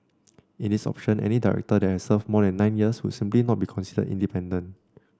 in this option any director that has served more than nine years would simply not be considered independent